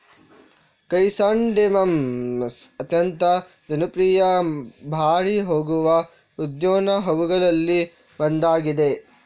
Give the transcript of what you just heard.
chrysanthemums ಅತ್ಯಂತ ಜನಪ್ರಿಯ ಬಾಡಿ ಹೋಗುವ ಉದ್ಯಾನ ಹೂವುಗಳಲ್ಲಿ ಒಂದಾಗಿದೆ